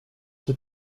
czy